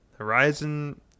Horizon